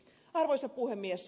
arvoisa puhemies